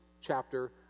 chapter